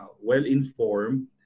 well-informed